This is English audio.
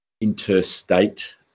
interstate